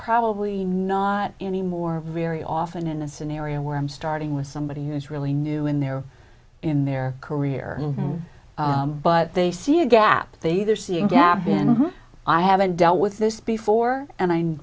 probably not anymore very often in a scenario where i'm starting with somebody who is really new in their in their career but they see a gap they they're seeing gap in i haven't dealt with this before and i'm